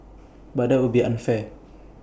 but that would be unfair